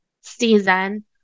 season